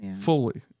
fully